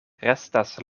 restas